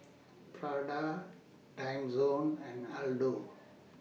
Prada Timezone and Aldo